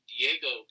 Diego